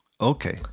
Okay